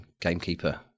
gamekeeper